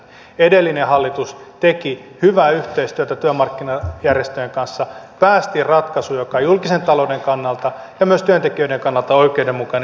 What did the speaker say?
edellinen hallitus teki hyvää yhteistyötä työmarkkinajärjestöjen kanssa päästiin ratkaisuun joka on julkisen talouden kannalta ja myös työntekijöiden kannalta oikeudenmukainen